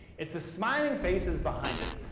it's the smiling faces behind it.